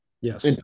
yes